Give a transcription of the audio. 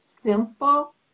simple